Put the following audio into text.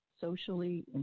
socially